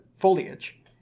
foliage